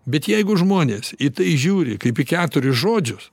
bet jeigu žmonės į tai žiūri kaip į keturis žodžius